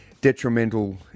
detrimental